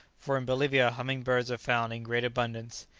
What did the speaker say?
for in bolivia humming-birds are found in great abundance.